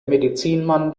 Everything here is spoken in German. medizinmann